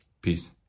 Peace